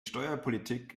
steuerpolitik